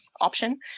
option